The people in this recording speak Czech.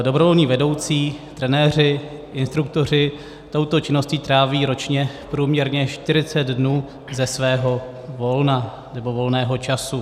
Dobrovolní vedoucí, trenéři, instruktoři touto činností tráví ročně průměrně čtyřicet dnů ze svého volna, volného času.